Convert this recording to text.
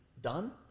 done